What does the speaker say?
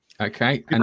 Okay